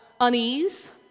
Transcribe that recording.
unease